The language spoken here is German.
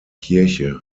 kirche